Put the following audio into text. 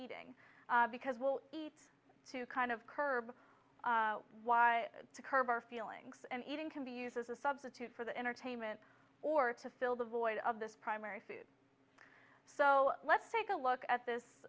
eating because we'll eat to kind of curb why to curb our feelings and eating can be used as a substitute for the entertainment or to fill the void of this primary food so let's take a look at